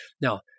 Now